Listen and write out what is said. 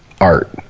art